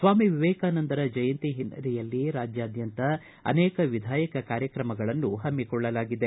ಸ್ವಾಮಿ ವಿವೇಕಾನಂದರ ಜಯಂತಿ ಹಿನ್ನೆಲೆಯಲ್ಲಿ ರಾಜ್ಯಾದ್ಯಂತ ಅನೇಕ ವಿಧಾಯಕ ಕಾರ್ಯಕ್ರಮಗಳನ್ನು ಹಮ್ಮಿಕೊಳ್ಳಲಾಗಿದೆ